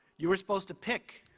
you were supposed to pick.